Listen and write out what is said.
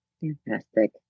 Fantastic